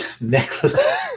necklace